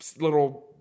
little